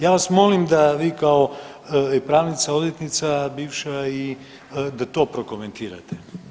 Ja vas molim da vi kao pravnica i odvjetnica bivša i da to prokomentirate.